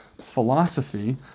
philosophy